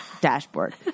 dashboard